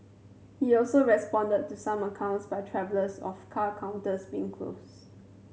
he also responded to some accounts by travellers of car counters being closed